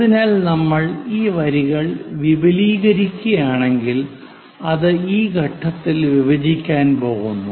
അതിനാൽ നമ്മൾ ഈ വരികൾ വിപുലീകരിക്കുകയാണെങ്കിൽ അത് ഈ ഘട്ടത്തിൽ വിഭജിക്കാൻ പോകുന്നു